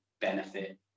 benefit